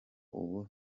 ubu